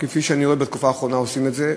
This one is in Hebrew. כפי שאני רואה בתקופה האחרונה שעושים את זה,